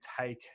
take